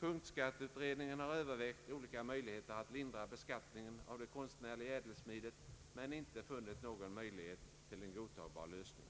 Punktskatteutredningen har övervägt olika möjligheter att lindra beskattningen av det konstnärliga ädelsmidet men inte funnit någon möjlighet till en godtagbar lösning.